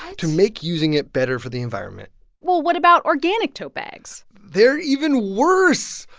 um to make using it better for the environment well, what about organic tote bags? they're even worse.